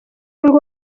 ngo